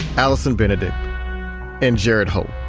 allison benedikt and jared hohlt.